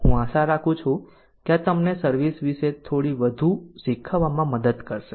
હું આશા રાખું છું કે આ તમને સર્વિસ વિશે થોડી વધુ શીખવામાં મદદ કરશે